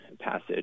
passage